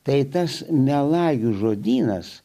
tai tas melagių žodynas